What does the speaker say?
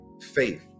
faith